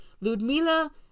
Ludmila